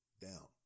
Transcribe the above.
down